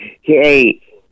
Hey